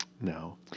no